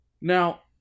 Now